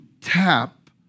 tap